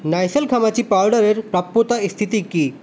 নাইসিল ঘামাচি পাউডারের প্রাপ্যতা স্থিতি কি